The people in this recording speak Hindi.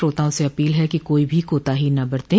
श्रोताओं से अपील है कि कोई भी कोताही न बरतें